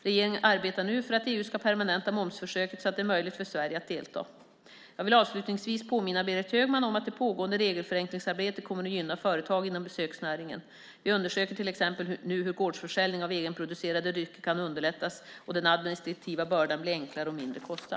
Regeringen arbetar nu för att EU ska permanenta momsförsöket så att det blir möjligt för Sverige att delta. Jag vill avslutningsvis påminna Berit Högman om att det pågående regelförenklingsarbetet kommer att gynna företag inom besöksnäringen. Vi undersöker till exempel nu hur gårdsförsäljning av egenproducerade drycker kan underlättas och den administrativa börden bli enklare och mindre kostsam.